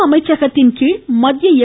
கு அமைச்சகத்தின் கீழ் மத்திய எ